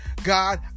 God